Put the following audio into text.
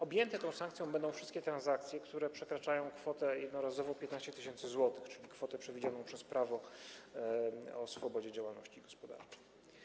Objęte tą sankcją będą wszystkie transakcje, które przekraczają jednorazowo kwotę 15 tys. zł, czyli kwotę przewidzianą przepisami o swobodzie działalności gospodarczej.